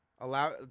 allow